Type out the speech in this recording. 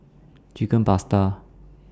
Chicken Pasta